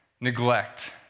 neglect